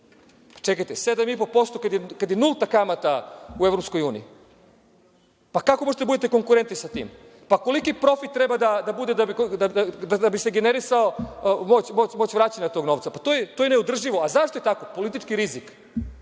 Čekajte, 7,5% kad je nulta kamata u EU. Pa, kako možete da budete konkurentni sa tim? Pa, koliki profit treba da bude da bi se generisala moć vraćanja tog novca? Pa, to je neodrživo. A, zašto je tako? Politički rizik.